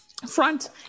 front